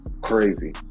Crazy